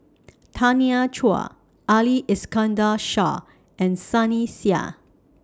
Tanya Chua Ali Iskandar Shah and Sunny Sia